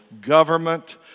government